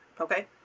okay